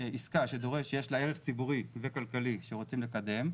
עסקה שיש לה ערך ציבורי וכלכלי שרוצים לקדם,